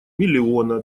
миллиона